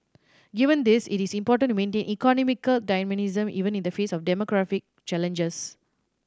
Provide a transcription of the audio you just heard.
given this it is important to maintain economic dynamism even in the face of demographic challenges